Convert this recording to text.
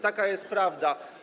Taka jest prawda.